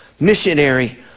Missionary